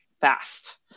fast